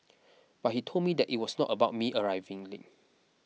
but he told me that it was not about me arriving